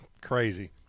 Crazy